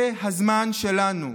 זה הזמן שלנו.